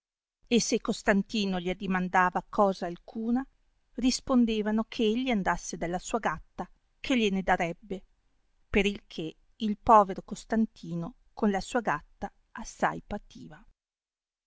e se costantino gii addimandava cosa alcuna rispondevano che egli andasse dalla sua gatta che glie ne darebbe per il che il povero costantino con la sua gatta assai pativa